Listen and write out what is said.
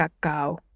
cacao